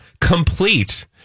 complete